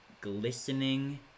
glistening